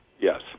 yes